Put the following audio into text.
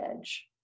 edge